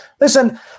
listen